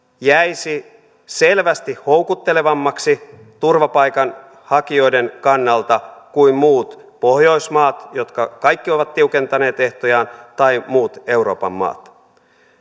jäisi selvästi houkuttelevammaksi turvapaikanhakijoiden kannalta kuin muut pohjoismaat jotka kaikki ovat tiukentaneet ehtojaan tai muut euroopan maat